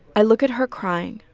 i look at her crying.